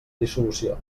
dissolució